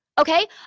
okay